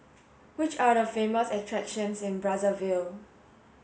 which are the famous attractions in Brazzaville